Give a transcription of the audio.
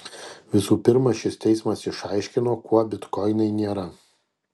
visų pirma šis teismas išaiškino kuo bitkoinai nėra